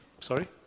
sorry